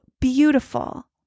beautiful